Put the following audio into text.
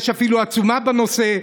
יש אפילו עצומה בנושא.